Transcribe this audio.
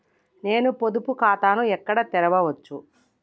నేను పొదుపు ఖాతాను ఎక్కడ తెరవచ్చు?